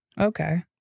Okay